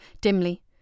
Dimly